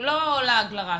לא לעג לרש,